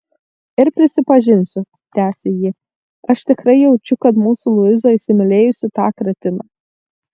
ir prisipažinsiu tęsė ji aš tikrai jaučiu kad mūsų luiza įsimylėjusi tą kretiną